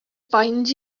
find